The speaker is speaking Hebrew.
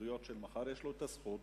וההתנגדויות של מחר, יש לו הזכות